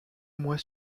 mois